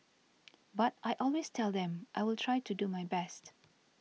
but I always tell them I will try to do my best